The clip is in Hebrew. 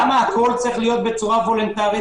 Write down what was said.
למה הכול צריך להיות בצורה התנדבותית,